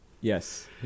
Yes